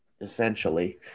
essentially